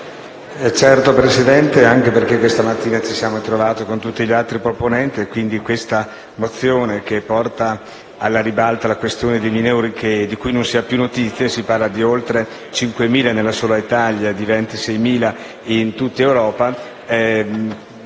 signora Presidente, anche perché questa mattina ci siamo incontrati con tutti gli altri proponenti e rispetto a questa mozione, che porta alla ribalta la questione di minori di cui non si ha più notizia (si parla di oltre 5.000 solo in Italia e 26.000 in tutta Europa), abbiamo